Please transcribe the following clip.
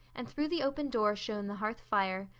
and through the open door shone the hearth fire,